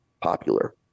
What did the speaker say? popular